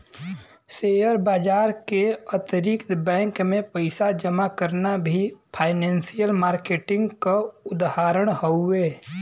share बाजार के अतिरिक्त बैंक में पइसा जमा करना भी फाइनेंसियल मार्किट क उदाहरण हउवे